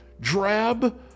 drab